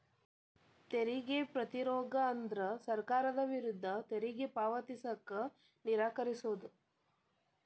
ತೆರಿಗೆ ಪ್ರತಿರೋಧ ಅಂದ್ರ ಸರ್ಕಾರದ ವಿರುದ್ಧ ತೆರಿಗೆ ಪಾವತಿಸಕ ನಿರಾಕರಿಸೊದ್